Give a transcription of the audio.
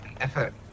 effort